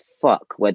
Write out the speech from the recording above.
fuck